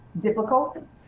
difficult